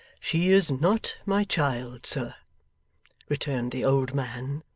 she is not my child, sir returned the old man.